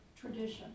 tradition